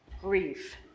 grief